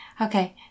Okay